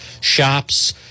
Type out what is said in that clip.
shops